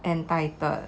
entitled